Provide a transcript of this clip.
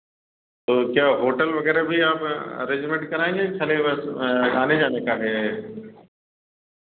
तो क्या होटल वगैरह भी आप अरेंजमेंट कराएँगे खाली आने जाने का रह जाए